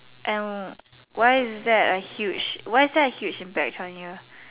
and why is there a huge why is there a huge impact from here